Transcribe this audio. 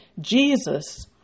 Jesus